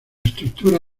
estructura